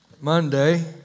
Monday